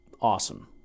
awesome